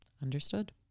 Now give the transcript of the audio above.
Understood